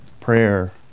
prayer